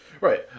Right